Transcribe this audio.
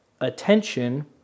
attention